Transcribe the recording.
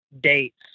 dates